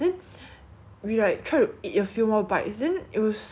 my friend then found out hor it's just like the skin of the chicken